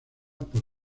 por